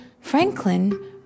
Franklin